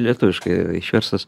lietuviškai yra išverstas